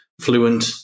fluent